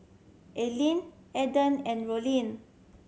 Aylin Eden and Rollin